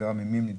ממי הם כן